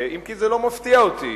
אם כי זה לא מפתיע אותי.